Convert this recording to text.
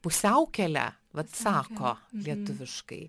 pusiaukelę vat sako lietuviškai